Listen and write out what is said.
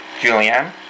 Julianne